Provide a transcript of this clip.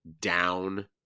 down